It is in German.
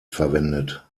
verwendet